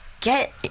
Get